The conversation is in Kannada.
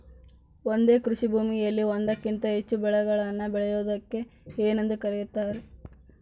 ಒಂದೇ ಕೃಷಿಭೂಮಿಯಲ್ಲಿ ಒಂದಕ್ಕಿಂತ ಹೆಚ್ಚು ಬೆಳೆಗಳನ್ನು ಬೆಳೆಯುವುದಕ್ಕೆ ಏನೆಂದು ಕರೆಯುತ್ತಾರೆ?